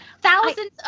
Thousands